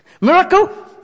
Miracle